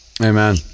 Amen